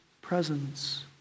presence